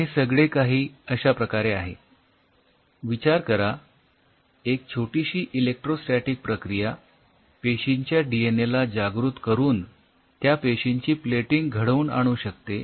तर हे सगळे काही अश्या प्रकारे आहे विचार करा एक छोटीशी इलेकट्रोस्टॅटिक प्रक्रिया पेशींच्या डीएनए ला जागृत करून त्या पेशींची प्लेटिंग घडवून आणू शकते